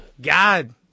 God